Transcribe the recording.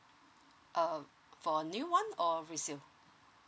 uh for new one or resume